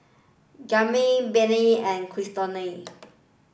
Graham Benny and Cristina